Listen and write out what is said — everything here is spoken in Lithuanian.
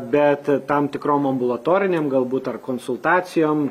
bet tam tikrom ambulatorinėm galbūt ar konsultacijom